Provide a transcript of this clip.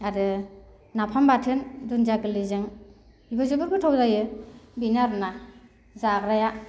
आरो नाफाम बाथोन दुनदिया गोरलैजों बेबो जोबोद गोथाव जायो बेनो आरोना जाग्राया